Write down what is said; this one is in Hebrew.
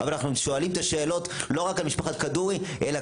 אבל אנחנו שואלים את השאלות לא רק על משפחת כדורי אלא